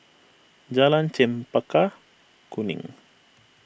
Jalan Chempaka Kuning